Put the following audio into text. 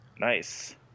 nice